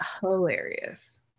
Hilarious